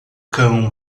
cão